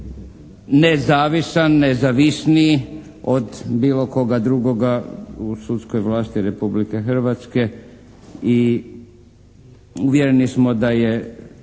nezavisan, nezavisniji od bilo koga drugoga u sudskoj vlasti Republike Hrvatske i uvjereni smo da je